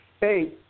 Hey